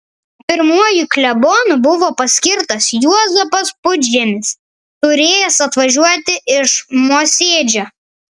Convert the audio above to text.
pirmuoju klebonu buvo paskirtas juozapas pudžemis turėjęs atvažiuoti iš mosėdžio